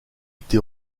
été